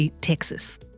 Texas